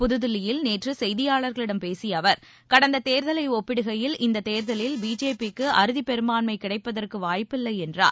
புதுதில்லியில் நேற்று செய்தியாளர்களிடம் பேசிய அவர் கடந்த தேர்தலை ஒப்பிடுகையில் இந்த தேர்தலில் பிஜேபிக்கு அறுதிப் பெரும்பான்மை கிடைப்பதற்கு வாய்ப்பில்லை என்றார்